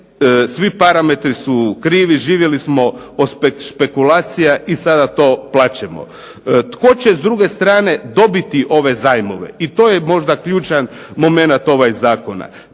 svi parametri su krivi. Živjeli smo od špekulacija i sada to plaćamo. Tko će, s druge strane, dobiti ove zajmove? I to je možda ključan momenat ovog zakona.